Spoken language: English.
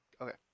Okay